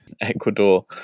Ecuador